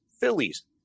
Phillies